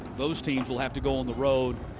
those teams will have to go on the road.